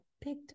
picked